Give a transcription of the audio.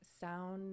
sound